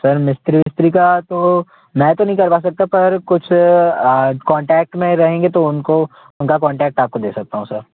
sir मिस्त्री विस्त्री का तो मैं तो नहीं करवा सकता पर कुछ कॉन्टैक्ट में रहेंगे तो उनको उनका कॉन्टैक्ट आपको दे सकता हूँ सर